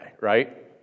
right